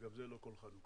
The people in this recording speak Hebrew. וגם זה לא כל חנוכה.